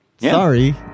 sorry